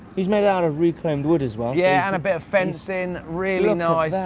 he's made it out of reclaimed wood as well. yeah, and a bit of fencing, really nice.